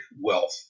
wealth